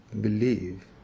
believe